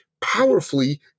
powerfully